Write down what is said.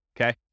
Okay